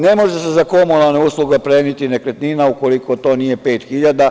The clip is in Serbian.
Ne može se komunalne usluge pleniti nekretninama ukoliko to nije 5.000.